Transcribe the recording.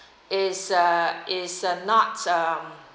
is a is a not uh